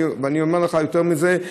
אני אומר לך יותר מזה,